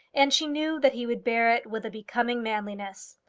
and she knew that he would bear it with a becoming manliness.